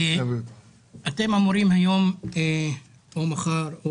אתם אמורים היום או מחר,